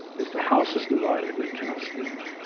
if the house is divided, it cannot stand.